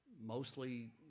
Mostly